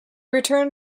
returned